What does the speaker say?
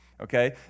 Okay